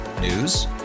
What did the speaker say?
News